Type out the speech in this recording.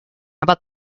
about